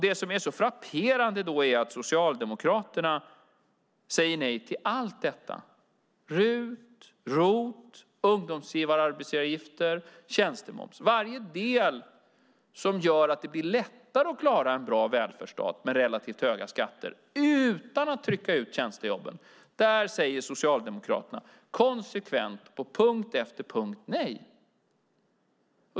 Det som då är så frapperande är att Socialdemokraterna säger nej till allt detta - RUT-avdrag, ROT-avdrag, arbetsgivaravgifter för ungdomar, tjänstemoms - som gör att det blir lättare att klara en bra välfärdsstat med relativt höga skatter utan att trycka ut tjänstejobben. Där säger Socialdemokraterna konsekvent nej på punkt efter punkt.